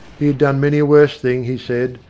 he had done many a worse thing, he said,